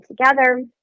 together